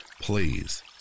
Please